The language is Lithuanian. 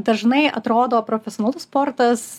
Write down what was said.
dažnai atrodo profesionalus sportas